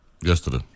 Yesterday